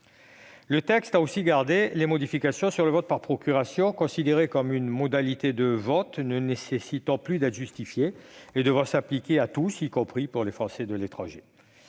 Le texte a aussi gardé les modifications sur le vote par procuration, considéré comme une modalité du vote ne nécessitant plus d'être justifiée et devant s'appliquer à tous, y compris aux Français de l'étranger.